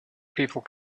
people